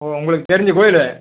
ஓ உங்களுக்கு தெரிஞ்ச கோயில்